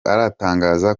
aratangaza